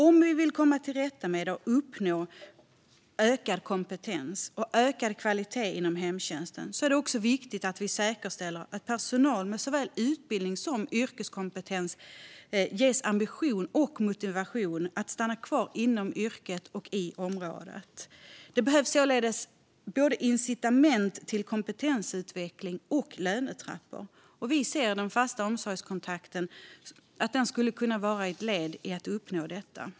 Om vi vill uppnå ökad kompetens och ökad kvalitet inom hemtjänsten är det nämligen viktigt att vi säkerställer att personal med såväl utbildning som yrkeskompetens ges ambition och motivation att stanna kvar inom yrket och i området. Det behövs således både incitament till kompetensutveckling och lönetrappor, och vi ser att den fasta omsorgskontakten skulle kunna vara ett led i att uppnå detta.